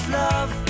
love